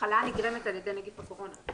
למחלה הנגרמת על ידי נגיף הקורונה.